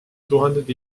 tuhanded